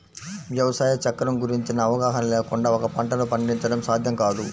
వ్యవసాయ చక్రం గురించిన అవగాహన లేకుండా ఒక పంటను పండించడం సాధ్యం కాదు